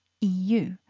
EU